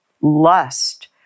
lust